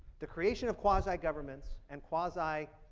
the creation of quasi governments and quasi